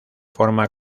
forma